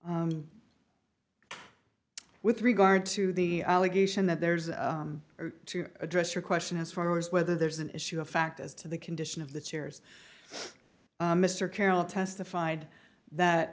follow with regard to the allegation that there's to address your question as far as whether there's an issue of fact as to the condition of the chairs mr carroll testified that